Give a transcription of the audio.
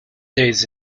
days